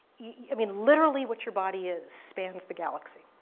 yeah i mean, literally what your body is spans the galaxy.